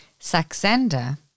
Saxenda